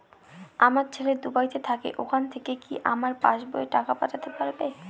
আমার ছেলে দুবাইতে থাকে ওখান থেকে কি আমার পাসবইতে টাকা পাঠাতে পারবে?